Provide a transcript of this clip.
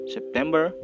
September